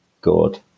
good